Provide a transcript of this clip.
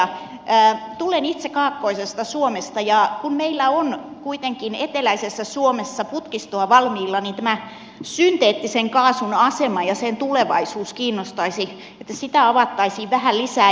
tulen itse kaakkoisesta suomesta ja kun meillä on kuitenkin eteläisessä suomessa putkistoa valmiina niin tämä synteettisen kaasun asema ja sen tulevaisuus kiinnostaisi että sitä avattaisiin vähän lisää